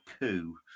coup